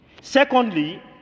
Secondly